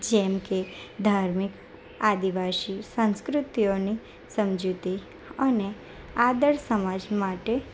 જેમકે ધાર્મિક આદિવાસી સંસ્કૃતિઓની સમજૂતી અને આદર્શ સમાજ માટે